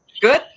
good